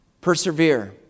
Persevere